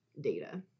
data